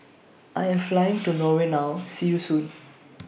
I Am Flying to Norway now See YOU Soon